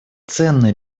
ценный